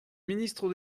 ministre